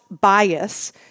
bias